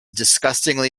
disgustingly